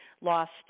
lost